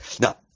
Now